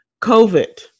COVID